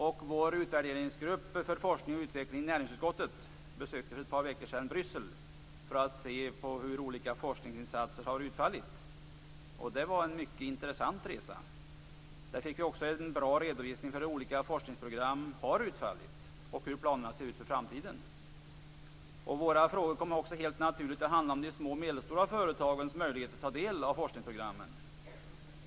Näringsutskottets utvärderingsgrupp för forskning och utveckling besökte för ett par veckor sedan Bryssel för att se hur olika forskningsinsatser har utfallit. Det var en mycket intressant resa. Där fick vi en bra redovisning för hur olika forskningsprogram har utfallit och hur planerna ser ut för framtiden. Våra frågor kom då helt naturligt att handla om de små och medelstora företagens möjligheter att ta del av forskningsprogrammen.